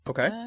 Okay